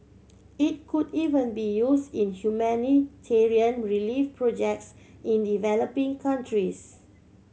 it could even be use in humanitarian relief projects in developing countries